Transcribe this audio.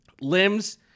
limbs